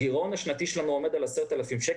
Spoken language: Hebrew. הגירעון השנתי הממוצע של סטודנט עומד על 10,000 שקל.